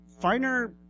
finer